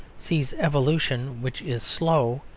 sees evolution, which is slow,